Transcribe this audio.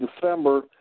December